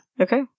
okay